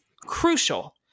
crucial